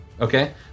Okay